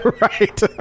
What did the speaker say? right